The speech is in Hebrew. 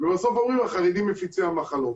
ובסוף אומרים, החרדים מפיצי המחלות.